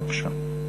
בבקשה.